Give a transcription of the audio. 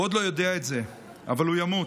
הוא עוד לא יודע את זה, אבל הוא ימות.